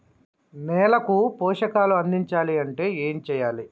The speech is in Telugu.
నేలకు పోషకాలు అందించాలి అంటే ఏం చెయ్యాలి?